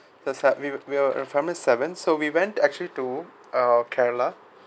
that's how we we we're family seven so we went actually to uh kerala